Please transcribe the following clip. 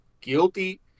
guilty